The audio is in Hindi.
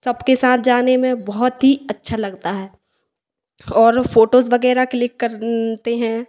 सबके साथ जाने में बहुत ही अच्छा लगता है और फोटोस वगैरह क्लिक करते हैं